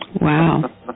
Wow